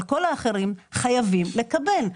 אבל כל האחרים חייבים לקבל.